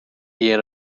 ian